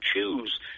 choose